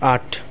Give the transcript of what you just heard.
आठ